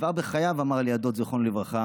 כבר בחייו, אמר לי הדוד, זיכרונו לברכה,